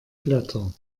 blätter